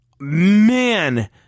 Man